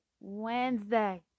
Wednesday